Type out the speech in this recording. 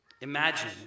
Imagine